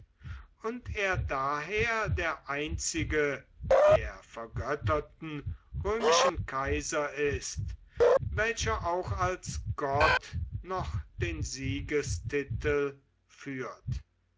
und er daher der einzige der vergötterten römischen kaiser ist welcher auch als gott noch den siegestitel führt